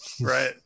Right